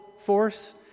force